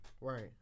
Right